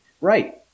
Right